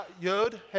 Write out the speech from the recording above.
Yod